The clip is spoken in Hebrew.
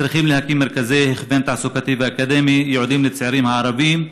צריכים להקים מרכזי הכוון תעסוקתי ואקדמי ייעודיים לצעירים הערבים.